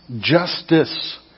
justice